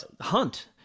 Hunt